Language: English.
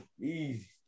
Easy